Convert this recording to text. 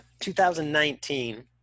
2019